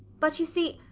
but, you see,